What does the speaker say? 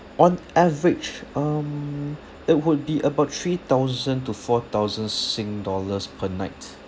on average um it would be about three thousand to four thousand sing dollars per night